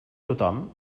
tothom